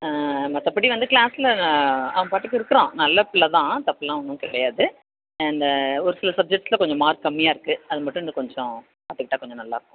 மற்றபடி வந்து க்ளாஸில் அவன் பாட்டுக்கு இருக்கிறான் நல்ல பிள்ளை தான் தப்புலாம் ஒன்றும் கிடையாது இந்த ஒரு சில சப்ஜெக்ட்ஸில் கொஞ்சம் மார்க் கம்மியாக இருக்குது அது மட்டும் இன்னும் கொஞ்சம் பார்த்துக்கிட்டா கொஞ்சம் நல்லாயிருக்கும்